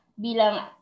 bilang